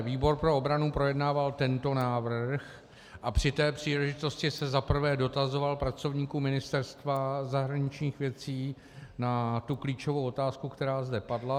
Výbor pro obranu projednával tento návrh a při té příležitosti se za prvé dotazoval pracovníků Ministerstva zahraničních věcí na tu klíčovou otázku, která zde padla.